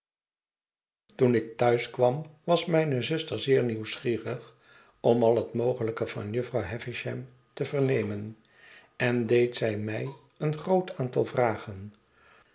toen ik thuis kwam was mijne zuster zeer nieuwsgierig om al het mogelijke van jufvrouw havisham te vernemen en deed zij my een groot aantal vragen